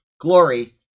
glory